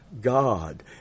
God